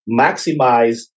maximize